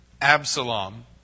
Absalom